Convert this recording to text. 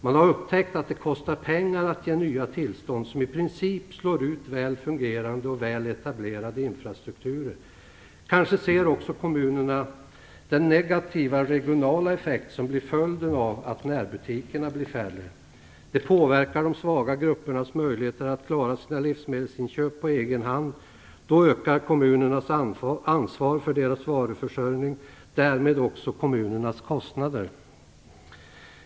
Man har upptäckt att det kostar pengar att ge nya tillstånd som i princip slår ut väl fungerande och väl etablerade infrastrukturer. Kanske ser också kommunerna den negativa regionala effekt som blir följden av att närbutikerna blir färre. Det påverkar de svaga gruppernas möjlighet att klara sina livsmedelsinköp på egen hand. Då ökar kommunernas ansvar för deras varuförsörjning och därmed också kommunernas kostnader.